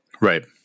Right